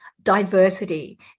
diversity